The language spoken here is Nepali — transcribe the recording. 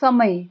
समय